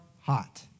hot